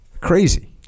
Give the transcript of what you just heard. Crazy